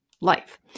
life